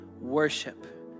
worship